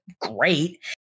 great